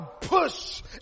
push